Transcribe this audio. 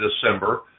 December